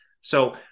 So-